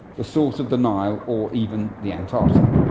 the source of the nile, or even the antarctic.